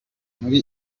muri